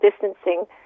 distancing